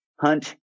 hunt